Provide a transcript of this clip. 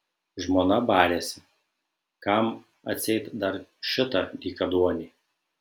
žmona barėsi kam atseit dar šitą dykaduonį